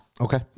Okay